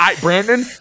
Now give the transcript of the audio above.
Brandon